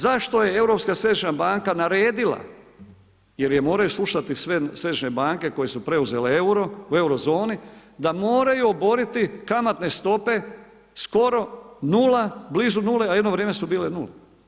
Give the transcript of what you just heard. Zašto je Europska središnja banka naredila jer je moraju slušati središnje banke koje su preuzele euro u eurozoni da moraju oboriti kamatne stope skoro 0, blizu nule a jedno vrijeme su bile nula.